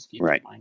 Right